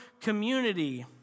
community